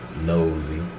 Nosy